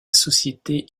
société